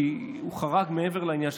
כי הוא חרג מעבר לעניין של